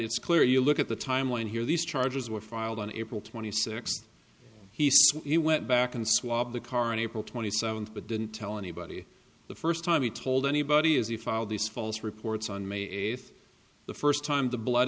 it's clear you look at the timeline here these charges were filed on april twenty sixth he says he went back and swab the current april twenty seventh but didn't tell anybody the first time he told anybody is he filed these false reports on may eighth the first time the blood